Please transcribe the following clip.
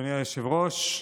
אדוני היושב-ראש,